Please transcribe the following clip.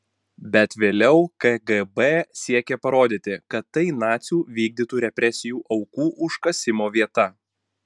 bet vėliau kgb siekė parodyti kad tai nacių vykdytų represijų aukų užkasimo vieta